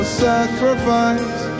sacrifice